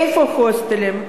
איפה ההוסטלים?